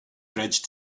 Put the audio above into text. bridge